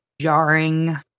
jarring